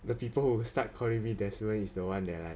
the people who start calling desmond is the one that like